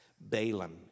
Balaam